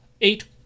eight